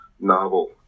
novel